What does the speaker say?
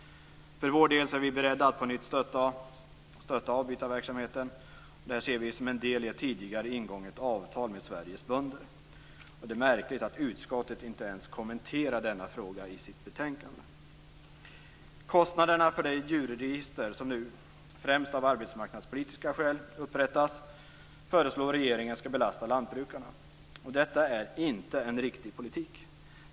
För vår del är vi beredda att på nytt stötta avbytarverksamheten. Detta ser vi som en del i ett tidigare ingånget avtal med Sveriges bönder. Det är märkligt att utskottet inte ens kommenterar denna fråga i sitt betänkande. Kostnaderna för det djurregister som nu upprättas, främst av arbetsmarknadspolitiska skäl, föreslår regeringen skall belasta lantbrukarna. Detta är inte en riktig politik.